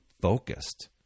focused